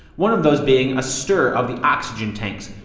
one of those being a stir of the oxygen tanks.